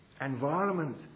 environment